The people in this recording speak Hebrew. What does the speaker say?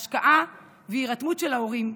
השקעה והירתמות של ההורים.